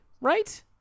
right